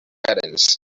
gardens